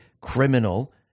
criminal